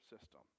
system